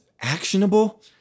actionable